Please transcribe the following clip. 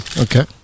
Okay